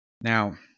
Now